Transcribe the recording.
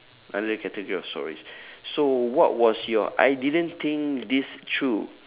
under category of stories so what was your I didn't think this through